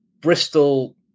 Bristol